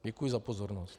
Děkuji za pozornost.